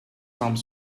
some